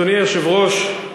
אדוני היושב-ראש,